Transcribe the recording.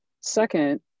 Second